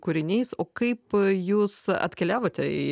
kūriniais o kaip jūs atkeliavote į